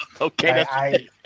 Okay